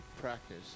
practice